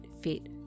fit